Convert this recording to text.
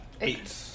Eight